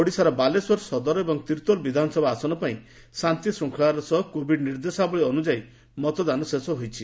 ଓଡ଼ିଶାର ବାଲେଶ୍ୱର ସଦର ଏବଂ ତିର୍ତ୍ତୋଲ ବିଧାନସଭା ଆସନ ପାଇଁ ଶାନ୍ତିଶୃଙ୍ଖଳାର ସହ କୋଭିଡ୍ ନିର୍ଦ୍ଦେଶାବଳୀ ଅନୁଯାୟୀ ମତଦାନ ଶେଷ ହୋଇଛି